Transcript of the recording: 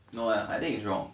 no eh I think it's wrong